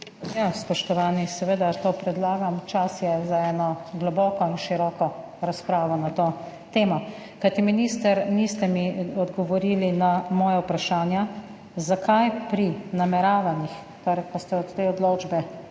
Spoštovani, seveda to predlagam. Čas je za eno globoko in široko razpravo na to temo. Kajti minister, niste mi odgovorili na moja vprašanja, zakaj pri nameravanih, ko ste te odločbe